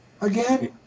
Again